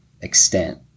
extent